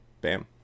Bam